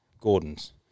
Gordon's